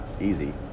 easy